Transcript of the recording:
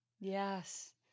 yes